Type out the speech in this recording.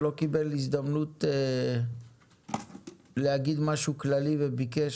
שלא קיבל הזדמנות להגיד משהו כללי וביקש,